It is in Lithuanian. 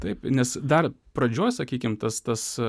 taip nes dar pradžioj sakykim tas tas